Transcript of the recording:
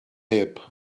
neb